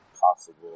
possible